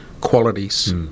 qualities